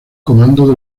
comando